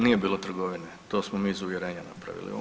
Nije bilo trgovine, to smo mi iz uvjerenja napravili.